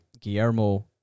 Guillermo